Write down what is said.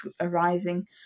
arising